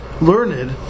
learned